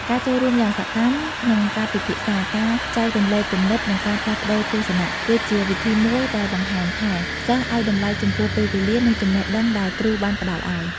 ការចូលរួមយ៉ាងសកម្មក្នុងការពិភាក្សា ការចែករំលែកគំនិត និងការផ្លាស់ប្តូរទស្សនៈ គឺជាវិធីមួយដែលបង្ហាញថា សិស្សឱ្យតម្លៃចំពោះពេលវេលា និងចំណេះដឹងដែលគ្រូបានផ្តល់ឱ្យ។